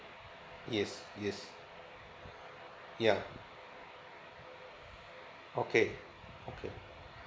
yes yes yeah okay okay